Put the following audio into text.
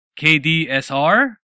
KDSR